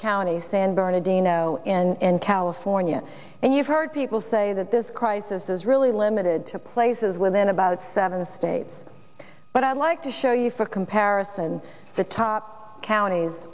county san bernadino in california and you've heard people say that this crisis is really limited to places within about seven states but i'd like to show you for comparison the top counties